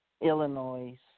Illinois